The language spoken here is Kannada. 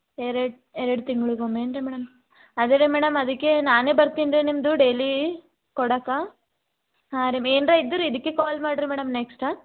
ಎರಡು ಎರಡು ತಿಂಗ್ಳಿಗೆ ಒಮ್ಮೆ ಏನ್ರೀ ಮೇಡಮ್ ಆದೇ ರೀ ಮೇಡಮ್ ಅದಕ್ಕೆ ನಾನೇ ಬರ್ತೀನಿ ರೀ ನಿಮ್ದು ಡೇಲಿ ಕೊಡೋಕ ಹಾಂ ರೀ ಏನ್ರ ಇದ್ರೆ ಇದಕ್ಕೆ ಕಾಲ್ ಮಾಡಿರಿ ಮೇಡಮ್ ನೆಕ್ಸ್ಟ